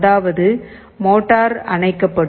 அதாவது மோட்டார் அணைக்கப்படும்